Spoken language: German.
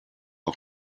auf